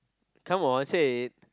come on say it